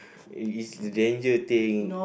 it's a danger thing